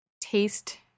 taste